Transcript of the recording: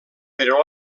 però